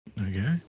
Okay